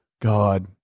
God